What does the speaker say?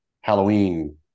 Halloween